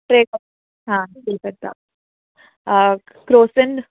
टे खपे हा टे पत्ता हा क्रोसिन